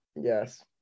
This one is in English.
Yes